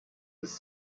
was